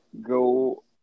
go